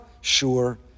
Sure